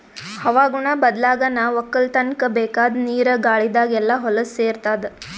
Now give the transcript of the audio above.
ಹವಾಗುಣ ಬದ್ಲಾಗನಾ ವಕ್ಕಲತನ್ಕ ಬೇಕಾದ್ ನೀರ ಗಾಳಿದಾಗ್ ಎಲ್ಲಾ ಹೊಲಸ್ ಸೇರತಾದ